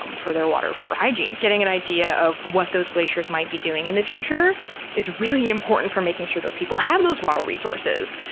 um for their water for hygiene. getting an idea of what those glaciers might might be doing in the future is really important for making sure those people have those water resources.